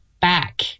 Back